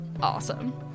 awesome